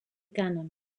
cànem